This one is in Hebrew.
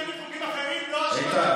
כשמצביעים נגד חוקים אחרים לא שמעתי את,